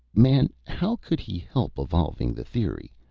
man, how could he help evolving the theory?